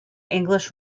english